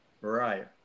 Right